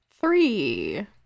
Three